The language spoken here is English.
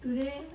today